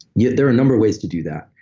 yet there are a number of ways to do that.